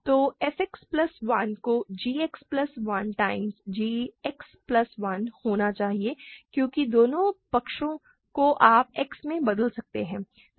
तो f X plus 1 को g X plus 1 times h X plus 1 होना चाहिए क्योंकि दोनों पक्षों को आप X से बदल रहे हैं